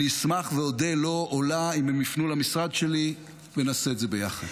אני אשמח ואודה לו או לה אם הם יפנו למשרד שלי ונעשה את זה ביחד.